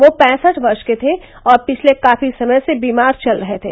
वह पैंसठ वर्ष के थे और पिछले काफी समय से बीमार चल रहे थे